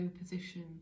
position